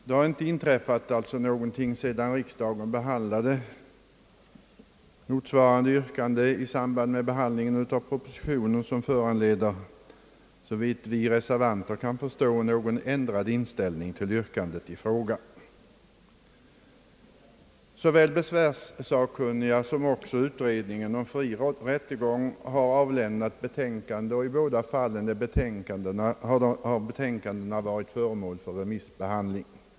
Det har inte sedan riksdagen behandlade motsvarande yrkande i samband med behandlingen av propositionen, såvitt vi reservanter kan förstå, inträffat någonting som kan föranleda en ändrad inställning till yrkandet i fråga. Såväl besvärssakkunniga som utredningen om fri rättegång har avlämnat betänkanden, och i båda fallen har betänkandena varit föremål för remissbehandling.